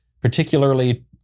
particularly